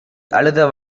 அழுத